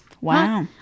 Wow